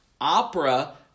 opera